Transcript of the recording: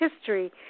history